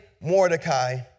Mordecai